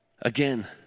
Again